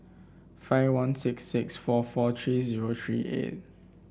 five one six six four four three zero three eight